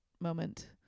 moment